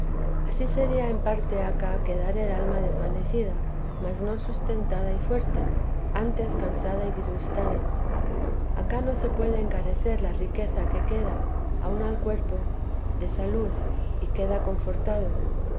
ansí sería en parte acá quedar el alma desvanecida mas no sustentada y fuerte antes cansada y disgustada acá no se puede encarecer la riqueza que queda aun al cuerpo de salud y queda conhortado